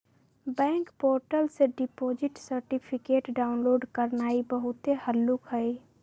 bank portal से deposit certificate download करनाइ बहुते हल्लुक हइ